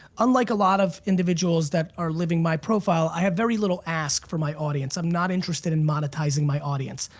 unlike a lot of individuals that are living my profile, i have very little ask for my audience. i'm not interested in monetizing my audience.